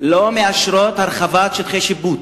לא מאשרות הרחבת שטחי שיפוט,